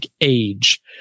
age